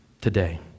today